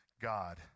God